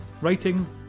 writing